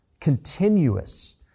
continuous